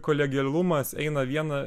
kolegialumas eina viena